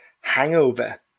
hangover